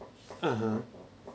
(uh huh)